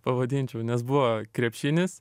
pavadinčiau nes buvo krepšinis